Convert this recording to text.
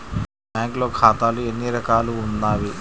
బ్యాంక్లో ఖాతాలు ఎన్ని రకాలు ఉన్నావి?